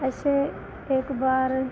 ऐसे एक बार